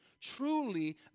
truly